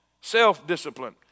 Self-discipline